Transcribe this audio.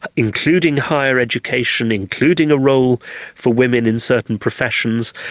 including higher education, including a role for women in certain professions,